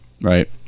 Right